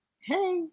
hey